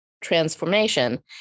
transformation